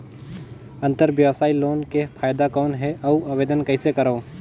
अंतरव्यवसायी लोन के फाइदा कौन हे? अउ आवेदन कइसे करव?